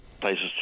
places